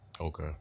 Okay